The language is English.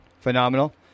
phenomenal